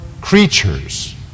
creatures